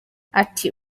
ati